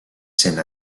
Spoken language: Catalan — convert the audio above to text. sent